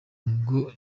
ngo